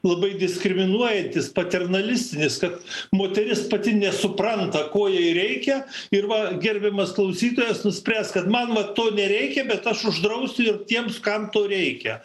labai diskriminuojantis paternalistinis kad moteris pati nesupranta ko jai reikia ir va gerbiamas klausytojas nuspręs kad man va to nereikia bet aš uždrausiu ir tiems kam to reikia